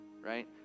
right